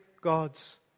God's